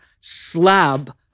slab